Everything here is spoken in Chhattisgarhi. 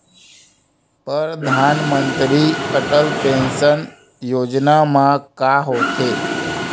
परधानमंतरी अटल पेंशन योजना मा का होथे?